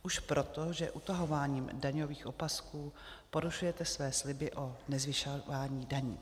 Už proto, že utahováním daňových opasků porušujete své sliby o nezvyšování daní.